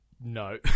No